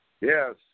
Yes